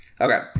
Okay